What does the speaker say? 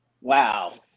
Wow